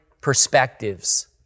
perspectives